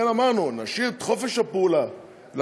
אמרנו: נשאיר למנכ"ל החדש את חופש הפעולה לקבוע